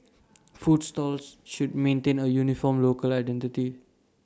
food stalls should maintain A uniform local identity